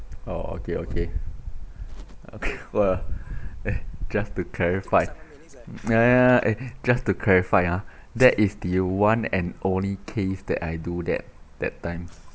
oh okay okay okay !wah! eh just to clarify yeah eh just to clarify ah that is the one and only case that I do that that times